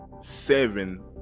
seven